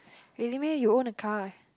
really meh you own a car